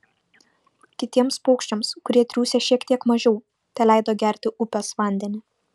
kitiems paukščiams kurie triūsę šiek tiek mažiau teleido gerti upės vandenį